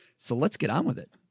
so let's get on with it.